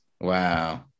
Wow